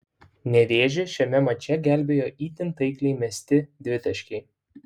nevėžį šiame mače gelbėjo itin taikliai mesti dvitaškiai